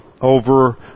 over